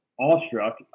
awestruck